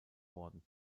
worden